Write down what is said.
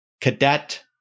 cadet